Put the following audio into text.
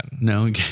No